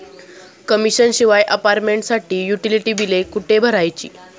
Commission शिवाय अपार्टमेंटसाठी utility बिले कुठे भरायची?